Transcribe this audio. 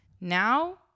now